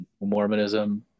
Mormonism